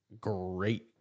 great